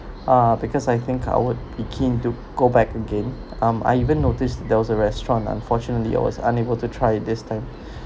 ah because I think I would be keen to go back again um I even notice there was a restaurant unfortunately I was unable to try it this time